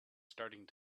starting